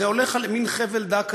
זה הולך על מין חבל דק כזה.